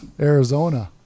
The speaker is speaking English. Arizona